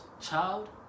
child